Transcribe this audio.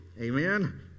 Amen